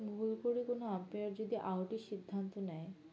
ভুল করে কোনো আম্পেয়ার যদি আইউটের সিদ্ধান্ত নেয়